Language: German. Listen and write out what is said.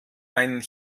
einen